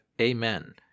Amen